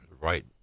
right